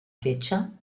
fecha